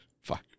Fuck